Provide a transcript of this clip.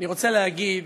אני רוצה להגיד